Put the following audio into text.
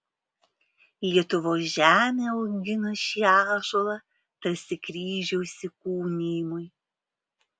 lietuvos žemė augino šį ąžuolą tarsi kryžiaus įkūnijimui